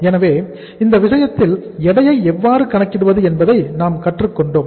எனவே இந்த விஷயத்தில் எடையை எவ்வாறு கணக்கிடுவது என்பதை நாம் கற்றுக் கொண்டோம்